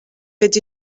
fets